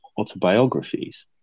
autobiographies